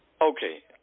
okay